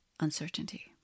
Uncertainty